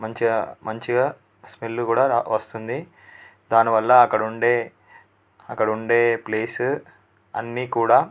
మంచిగా మంచిగా స్మెల్లు కూడా వస్తుంది దానివల్ల అక్కడ ఉండే అక్కడ ఉండే ప్లేస్ అన్నీ కూడా